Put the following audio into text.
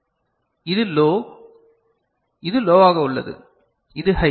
இருந்தால் இது லோ இது லோவாக உள்ளது இது ஹை